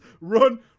Run